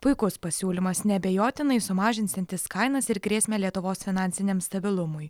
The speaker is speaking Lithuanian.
puikus pasiūlymas neabejotinai sumažinsiantis kainas ir grėsmę lietuvos finansiniam stabilumui